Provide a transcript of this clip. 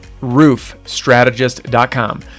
roofstrategist.com